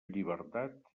llibertat